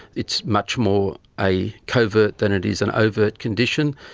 it's much more a covert than it is an overt condition.